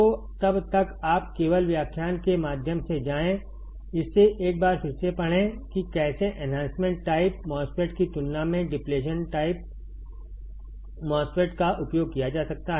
तो तब तक आप केवल व्याख्यान के माध्यम से जायें इसे एक बार फिर से पढ़ें कि कैसे एन्हांसमेंट टाइप MOSFET की तुलना में डिप्लेशन MOSFET का उपयोग किया जा सकता है